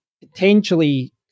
potentially